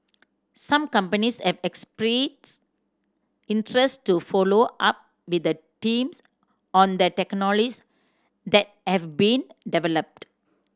some companies have expressed interest to follow up with the teams on the technologies that have been developed